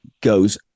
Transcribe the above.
goes